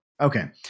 Okay